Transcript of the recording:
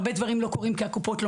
הרבה דברים לא קורים כי הקופות לא